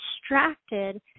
distracted